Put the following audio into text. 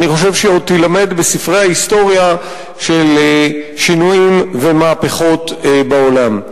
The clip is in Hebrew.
אני חושב שעוד תילמד בספרי ההיסטוריה של שינויים ומהפכות בעולם.